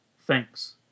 Thanks